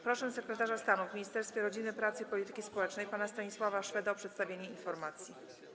Proszę sekretarza stanu w Ministerstwie Rodziny, Pracy i Polityki Społecznej pana Stanisława Szweda o przedstawienie informacji.